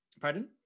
Pardon